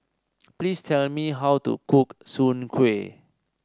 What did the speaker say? please tell me how to cook Soon Kway